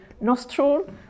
nostril